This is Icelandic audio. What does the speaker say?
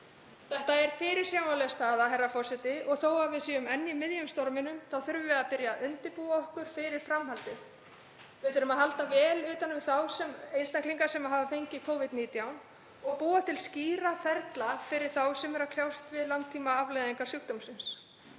Þetta er fyrirsjáanleg staða, herra forseti, og þó að við séum enn í miðjum storminum þá þurfum við að byrja að undirbúa okkur fyrir framhaldið. Við þurfum að halda vel utan um þá einstaklinga sem hafa fengið Covid-19 og búa til skýra ferla fyrir þá sem eru að kljást við langtímaafleiðingar sjúkdómsins.